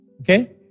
Okay